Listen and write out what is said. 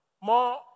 more